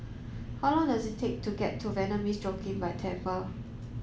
how long does it take to get to Vanda Miss Joaquim by